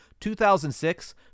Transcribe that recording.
2006